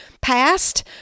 past